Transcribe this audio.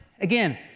again